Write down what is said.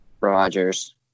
rogers